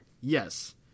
Yes